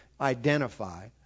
identify